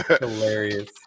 hilarious